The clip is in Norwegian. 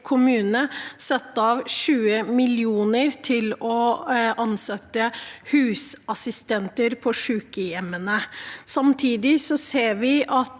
kommune satt av 20 mill. kr til å ansette husassistenter på sykehjemmene. Samtidig ser vi at